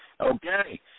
Okay